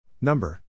Number